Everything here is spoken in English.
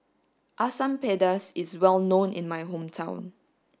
Asam Pedas is well known in my hometown